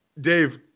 Dave